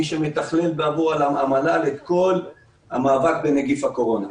מי שמתכלל בעבור המל"ל את כל המאבק בנגיף הקורונה.